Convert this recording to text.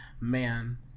man